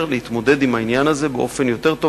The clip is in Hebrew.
להתמודד עם העניין הזה באופן יותר טוב,